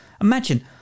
Imagine